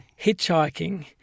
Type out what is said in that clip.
hitchhiking